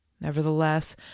Nevertheless